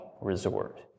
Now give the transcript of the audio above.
resort